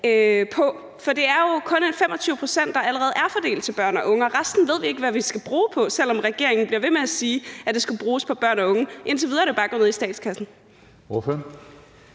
For det er jo kun 25 pct., der allerede er fordelt til børn og unge, og i forhold til resten ved vi ikke, hvad vi skal bruge det på, selv om regeringen bliver ved med at sige, at det skal bruges på børn og unge. Indtil videre er det jo bare kommet i statskassen. Kl.